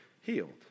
healed